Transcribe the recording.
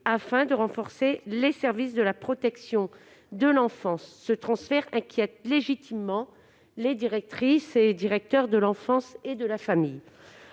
afin de renforcer les services de la protection de l'enfance, ce transfert inquiète légitimement les directrices et directeurs de l'enfance et de la famille.